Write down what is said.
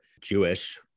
Jewish